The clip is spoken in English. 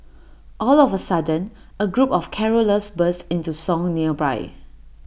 all of A sudden A group of carollers burst into song nearby